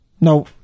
No